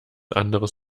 anderes